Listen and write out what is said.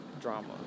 drama